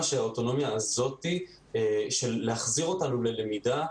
שהאוטונומיה הזאת של להחזיר אותנו ללמידה,